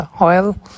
oil